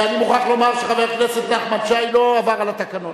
אני מוכרח לומר שחבר הכנסת נחמן שי לא עבר על התקנון.